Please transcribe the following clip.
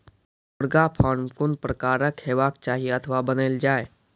मुर्गा फार्म कून प्रकारक हेवाक चाही अथवा बनेल जाये?